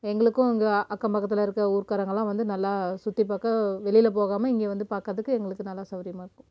எங்களுக்கும் இங்கே அக்கம் பக்கத்தில் இருக்கற ஊர்க்காரங்கெல்லாம் வந்து நல்லா சுற்றி பார்க்க வெளியில் போகாமல் இங்கே வந்து பார்க்குறதுக்கு எங்களுக்கு நல்லா சௌரியமாக இருக்கும்